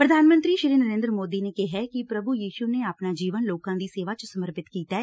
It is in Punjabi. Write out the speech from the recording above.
ਪ੍ਧਾਨ ਮੰਤਰੀ ਨਰੇਂਦਰ ਮੋਦੀ ਨੇ ਕਿਹੈ ਕਿ ਪ੍ਕੂ ਯੀਸੂ ਨੇ ਆਪਣਾ ਜੀਵਨ ਲੋਕਾਂ ਦੀ ਸੇਵਾ ਚ ਸਮਰਪਿਤ ਕੀਤੈ